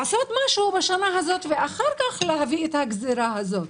לעשות משהו בשנה הזאת ואחר כך להביא את הגזרה הזאת.